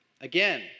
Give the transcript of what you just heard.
Again